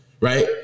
Right